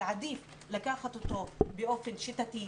אבל עדיף לקחת אותו באופן שיטתי,